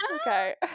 Okay